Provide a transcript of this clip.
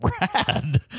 rad